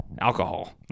alcohol